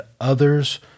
others